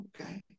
Okay